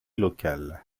locale